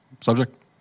subject